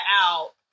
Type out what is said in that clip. out